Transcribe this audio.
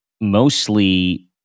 mostly